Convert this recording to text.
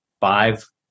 five